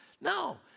No